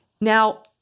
Now